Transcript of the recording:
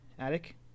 attic